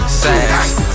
sass